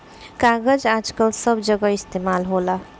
कागज आजकल सब जगह इस्तमाल होता